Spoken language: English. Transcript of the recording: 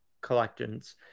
collections